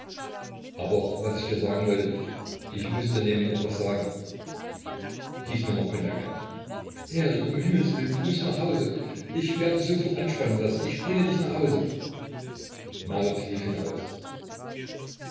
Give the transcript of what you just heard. aber was ich dir sagen wollte ich muß dir nämlich etwas sagen gieß mir noch cognac ein erik ums himmelswillen du mußt nach hause ich werde sofort anspannen lassen ich bringe dich nach hause marit lief hinaus